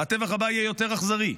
והטבח הבא יהיה יותר אכזרי,